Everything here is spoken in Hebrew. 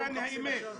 האמת,